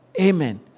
Amen